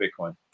Bitcoin